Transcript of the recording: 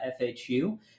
fhu